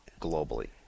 globally